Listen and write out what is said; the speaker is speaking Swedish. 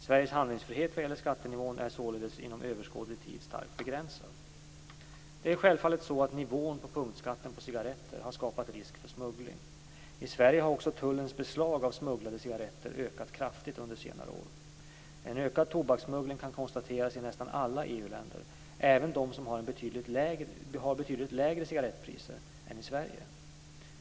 Sveriges handlingsfrihet vad gäller skattenivån är således inom överskådlig tid starkt begränsad. Det är självfallet så att nivån på punktskatten på cigaretter har skapat risk för smuggling. I Sverige har också tullens beslag av smugglade cigaretter ökat kraftigt under senare år. En ökad tobakssmuggling kan konstateras i nästan alla EU-länder, även de som har betydligt lägre cigarettpriser än Sverige.